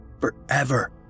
Forever